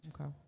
Okay